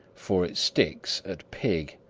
for it sticks at pig.